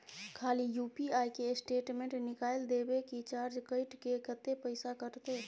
खाली यु.पी.आई के स्टेटमेंट निकाइल देबे की चार्ज कैट के, कत्ते पैसा कटते?